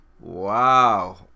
Wow